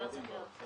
בסיטואציה אחרת.